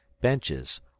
benches